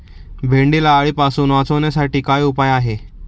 भेंडीला अळीपासून वाचवण्यासाठी काय उपाय आहे?